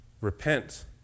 repent